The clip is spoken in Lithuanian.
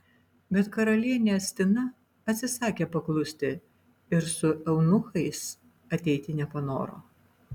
bet karalienė astina atsisakė paklusti ir su eunuchais ateiti nepanoro